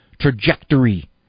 trajectory